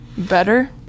better